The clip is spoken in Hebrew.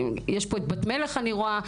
יש פה את בת מלך אני רואה.